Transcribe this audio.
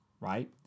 right